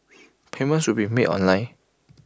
payment should be made online